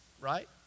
right